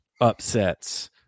upsets